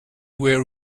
where